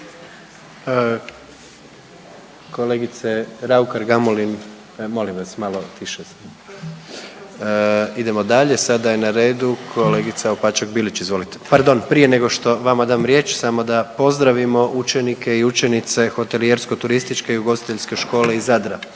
Kolegice RAukar Gamulim molim vas malo tiše. Idemo dalje, sada je na redu kolegica Opačak Bilić izvolite. Pardon, prije nego što vama dam riječ samo da pozdravimo učenike i učenice Hotelijersko-turističke i ugostiteljske škole iz Zadra.